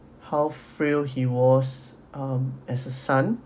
how frail he was um as a son